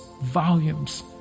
volumes